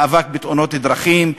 מאבק בתאונות דרכים,